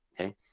okay